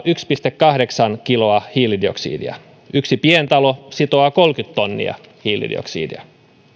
yksi pilkku kahdeksan kiloa hiilidioksidia yksi pientalo sitoo kolmekymmentä tonnia hiilidioksidia